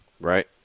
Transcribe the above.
right